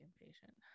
impatient